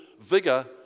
vigor